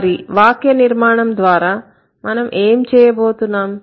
మరి వాక్యనిర్మాణం ద్వారా మనం ఏమి చేయబోతున్నాం